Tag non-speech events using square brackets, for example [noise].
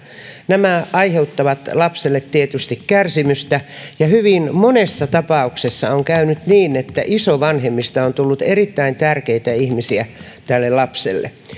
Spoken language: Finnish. nämä aiheuttavat lapselle tietysti kärsimystä [unintelligible] ja hyvin monessa tapauksessa on käynyt niin että isovanhemmista on tullut erittäin tärkeitä ihmisiä tälle lapselle